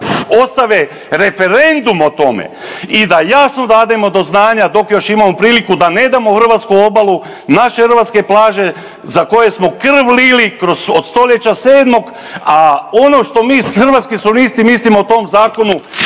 ostave referendum o tome i da jasno dademo do znanja dok još imamo priliku da ne damo hrvatsku obalu, naše hrvatske plaže za koje smo krv lili od stoljeća 7., a ono što mi Hrvatski suverenisti mislimo o tom zakonu